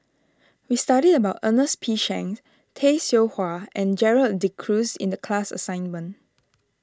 we studied about Ernest P Shanks Tay Seow Huah and Gerald De Cruz in the class assignment